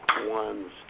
One's